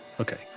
Okay